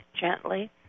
gently